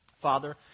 Father